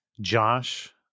Josh